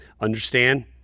Understand